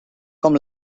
com